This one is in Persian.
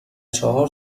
چهار